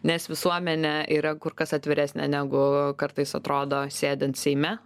nes visuomenė yra kur kas atviresnė negu kartais atrodo sėdint seime